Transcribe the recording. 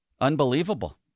Unbelievable